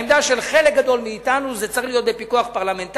העמדה של חלק גדול מאתנו היא שזה צריך להיות בפיקוח פרלמנטרי,